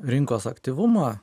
rinkos aktyvumą